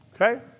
Okay